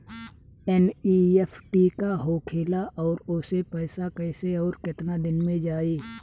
NEFT का होखेला और ओसे पैसा कैसे आउर केतना दिन मे जायी?